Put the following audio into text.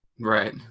right